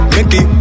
Mickey